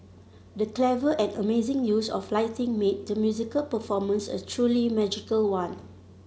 the clever and amazing use of lighting made the musical performance a truly magical one